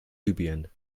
libyen